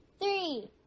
three